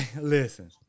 Listen